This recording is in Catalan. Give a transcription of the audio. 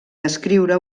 descriure